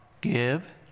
give